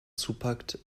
zupackt